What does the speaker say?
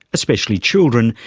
especially children,